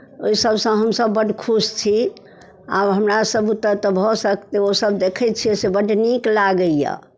ओहि सभसँ हमसभ बड्ड खुश छी आब हमरासभ बुते तऽ भऽ सकतै ओसभ देखैत छियै से बड्ड नीक लागैए